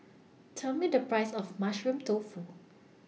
Tell Me The Price of Mushroom Tofu